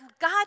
God